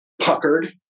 puckered